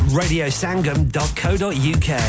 radiosangam.co.uk